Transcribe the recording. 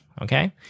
Okay